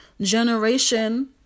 generation